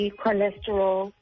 cholesterol